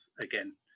again